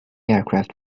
aircraft